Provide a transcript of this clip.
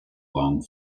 long